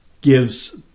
gives